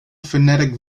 phonetic